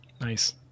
Nice